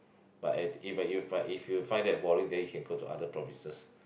but at if you if you find that boring then you can go to other provinces